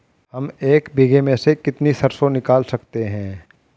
हम एक बीघे में से कितनी सरसों निकाल सकते हैं?